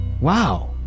Wow